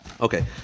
Okay